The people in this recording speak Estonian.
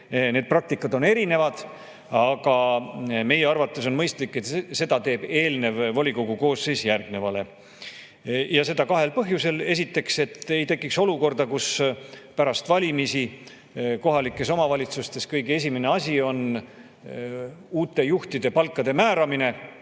Praktika on erinev, aga meie arvates on mõistlik, et seda teeb eelnev volikogu koosseis järgnevale, seda kahel põhjusel. Esiteks, et ei tekiks olukorda, kus pärast valimisi kohalikes omavalitsustes kõige esimene asi on uute juhtide palkade määramine.